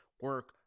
Work